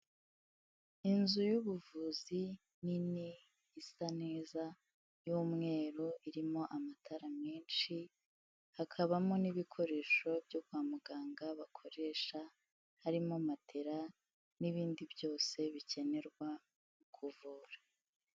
Inzu y'ubuvuzi nini isa neza y'umweru, irimo amatara menshi, hakabamo n'ibikoresho byo kwa muganga bakoresha, harimo matera, n'ibindi byose bikenerwa mu kuvura.